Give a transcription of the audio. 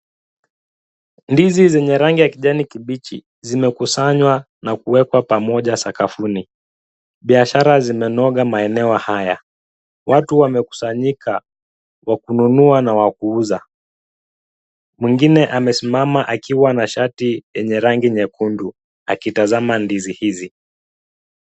Ndizi zenye rangi ya kijani kibichi zimekusanywa na kuwekwa pamoja sakafuni. Biashara zimenoga maeneo haya. Watu wamekusanyika, wa kununua na wa kuuza. Mwingine amesimama akiwa na shati yenye rangi nyekundu akitazama ndiz hizi.